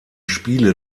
spiele